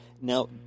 Now